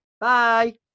Bye